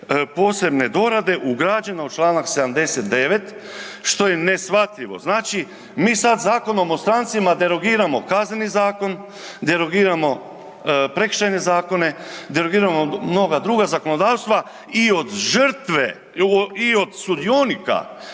posebne dorade ugrađena u čl. 79. što je neshvatljivo. Znači, mi sad Zakonom o strancima derogiramo kazneni zakon, derogiramo prekršajne zakone, derogiramo mnoga druga zakonodavstva i od žrtve i od sudionika